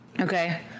Okay